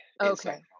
Okay